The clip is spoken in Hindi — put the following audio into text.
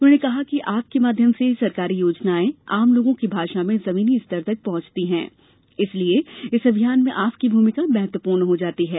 उन्होंने कहा कि आपके माध्यम से सरकारी योजनायें आम लोगों की भाषा में जमीनी स्तर तक पहुंचती हैं इसलिए इस अभियान में आपकी भूमिका महत्वपूर्ण हो जाती है